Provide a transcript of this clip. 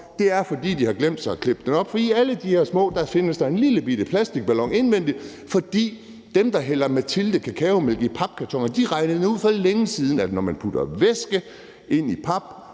de så, fordi de har glemt at klippe den op, for i alle de her små beholdere findes der en lillebitte plastikballon indvendigt, fordi dem, der hælder Matildekakaomælk i papkartoner, for længe siden regnede ud, at når man putter væske ind i pap,